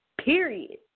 period